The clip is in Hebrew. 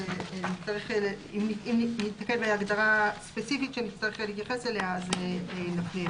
אם ניתקל בהגדרה ספציפית שנצטרך להתייחס אליה אז נפנה להגדרות.